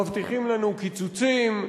מבטיחים לנו קיצוצים,